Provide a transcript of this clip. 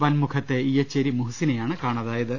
വൻമു ഖത്തെ ഇയ്യച്ചേരി മുഹ്സിനെയാണ് കാണാതായത്